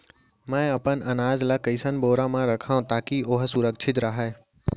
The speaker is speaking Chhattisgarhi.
मैं अपन अनाज ला कइसन बोरा म रखव ताकी ओहा सुरक्षित राहय?